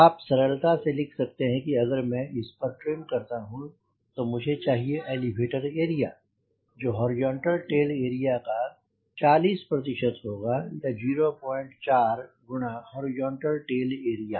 आप सरलता से लिख सकते हैं अगर मैं इस पर ट्रिम करता हूँ मुझे चाहिए एलीवेटर एरिया जो हॉरिजॉन्टल टेल एरिया का 40 होगा या 04 गुणा हॉरिजॉन्टल टेल एरिया